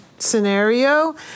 scenario